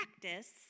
practice